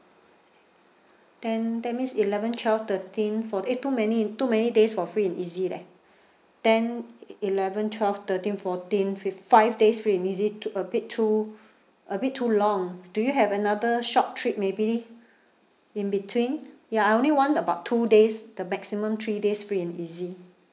then that means eleven twelve thirteen for~ eh too many too many days for free and easy leh ten eleven twelve thirteen fourteen fif~ five days free and easy to a bit too a bit too long do you have another short trip maybe in between ya I only want about two days the maximum three days free and easy